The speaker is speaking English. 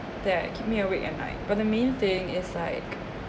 that keep me awake at night but the main thing is like